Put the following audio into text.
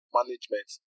management